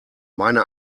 meine